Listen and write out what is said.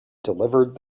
delivered